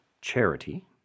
charity